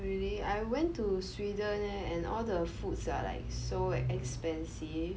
really I went to Sweden eh and all the foods are like so expensive